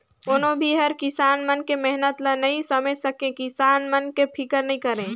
कोनो भी हर किसान मन के मेहनत ल नइ समेझ सके, किसान मन के फिकर नइ करे